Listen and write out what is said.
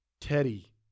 Teddy